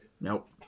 Nope